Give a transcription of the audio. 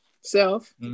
self